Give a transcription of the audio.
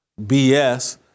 BS